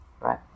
Right